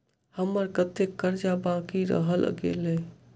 हम्मर कत्तेक कर्जा बाकी रहल गेलइ?